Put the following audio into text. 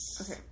Okay